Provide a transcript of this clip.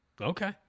Okay